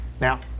Now